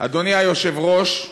אדוני היושב-ראש,